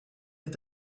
est